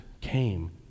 came